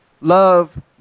love